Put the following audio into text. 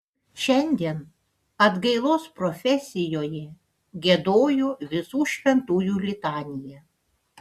šiandien atgailos profesijoje giedojo visų šventųjų litaniją